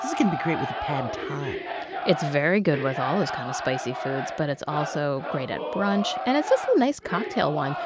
is going to be great with a pad thai it's very good with all kinds kind of spicy foods, but it's also great at brunch and it's just a nice cocktail wine.